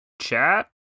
chat